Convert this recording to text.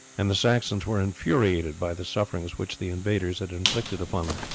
and the saxons were infuriated by the sufferings which the invaders had inflicted upon them,